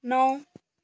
नौ